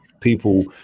People